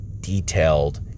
detailed